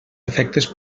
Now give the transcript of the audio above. efectes